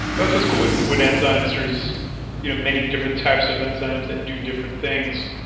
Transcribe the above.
that's what's cool with enzymes there's you know many different types of enzymes that do different things.